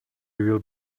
will